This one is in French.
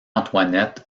antoinette